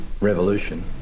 revolution